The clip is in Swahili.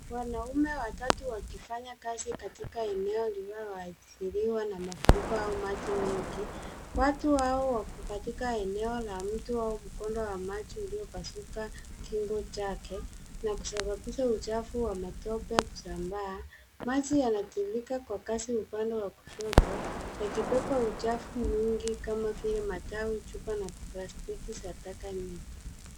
Wanaume watatu wakifanya kazi katika eneo linaloadhiriwa na mafuriko au maji mengi. Watu hawa wako katika eneo la mto au mkondo wa maji uliopasuka kingo chake na kusababisha uchafu na matope kusambaa. Maji yanatiririka kwa kasi upande wa kushoto yakibeba uchafu mwingi, kama vile matawi, chupa na plastiki za taka nyingi.